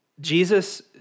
Jesus